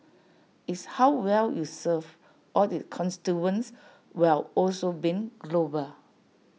it's how well you serve all its constituents while also being global